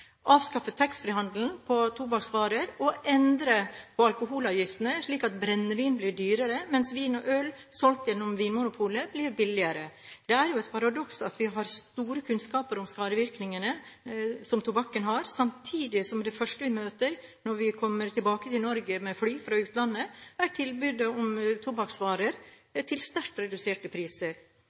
avskaffe taxfree-handelen på tobakksvarer og endre på alkoholavgiftene, slik at brennevin blir dyrere, mens vin og øl solgt gjennom Vinmonopolet blir billigere. Det er jo et paradoks at vi har stor kunnskap om de skadevirkningene tobakk har, samtidig som det første vi møter når vi kommer tilbake til Norge med fly fra utlandet, er tilbudet om tobakksvarer til sterkt reduserte priser.